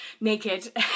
naked